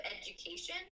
education